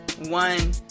one